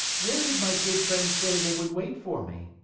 where did my good friends say they would wait for me?